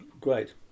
great